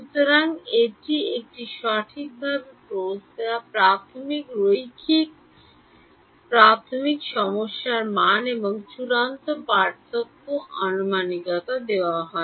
সুতরাং এটি একটি সঠিকভাবে পোজ দেওয়া প্রাথমিক রৈখিক প্রাথমিক মান সমস্যা এবং একটি চূড়ান্ত পার্থক্য আনুমানিকতা দেওয়া হয়